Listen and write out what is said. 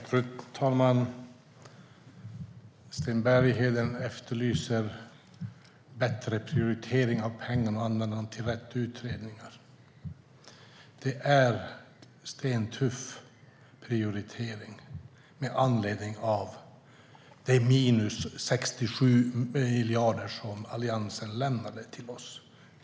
Fru talman! Sten Bergheden efterlyser en bättre prioritering av pengarna och att de används till rätt utredningar. Det är stentuffa prioriteringar varje dag med anledning av det minus på 67 miljarder som Alliansen lämnade till oss.